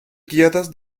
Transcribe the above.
guiadas